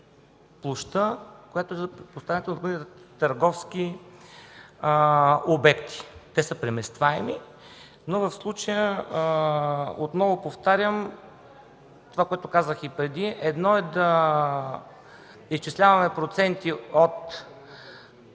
площта, която е за поставянето на допълнителни търговски обекти, те са преместваеми. В случая, отново повтарям, това, което казах и преди – едно е да изчисляваме проценти от